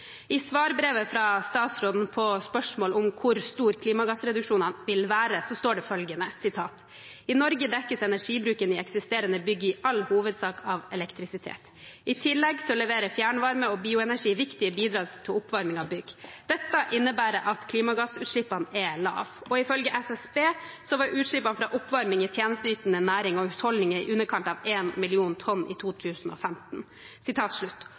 I svarbrevet fra statsråden på spørsmål om hvor store klimagassreduksjonene vil være, står det: «I Norge dekkes energibruken i eksisterende bygg i all hovedsak av elektrisitet. I tillegg leverer fjernvarme og bioenergi viktige bidrag til oppvarming av bygg. Dette innebærer at klimagassutslippene er lave. Ifølge SSB var utslippene fra oppvarming i tjenesteytende næring og husholdninger i underkant av 1 mill. tonn i 2015.»